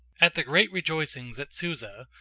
at the great rejoicings at susa,